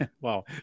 Wow